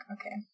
okay